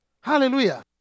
Hallelujah